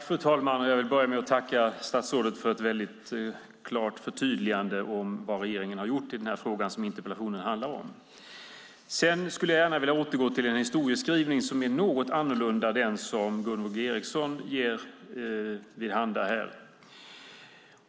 Fru talman! Jag börjar med att tacka statsrådet för ett klart förtydligande av vad regeringen har gjort i den fråga som interpellationen handlar om. Sedan skulle jag gärna vilja återgå till en historieskrivning som är något annorlunda än den som Gunvor G Ericson gör.